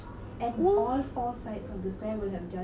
ya so you have to face all four sides be